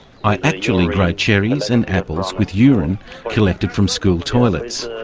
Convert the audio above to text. i actually grow cherries and apples with urine collected from school toilets.